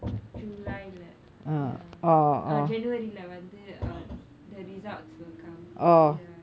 july ya uh january வந்து:vanthu uh the results will come ya